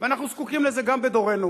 ואנחנו זקוקים לזה גם בדורנו,